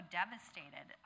devastated